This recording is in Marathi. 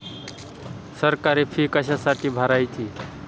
सरकारी फी कशासाठी भरायची